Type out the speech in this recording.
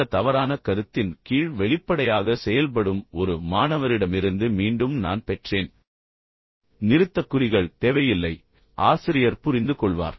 இந்த தவறான கருத்தின் கீழ் வெளிப்படையாக செயல்படும் ஒரு மாணவரிடமிருந்து மீண்டும் நான் பெற்றேன் நிறுத்தக்குறிகள் தேவையில்லை ஆசிரியர் புரிந்துகொள்வார்